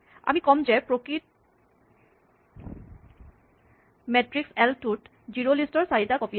আমি ক'ম যে প্ৰকৃত মেট্ৰিক্স এল টোত জিৰ'লিষ্ট ৰ চাৰিটা কপি আছে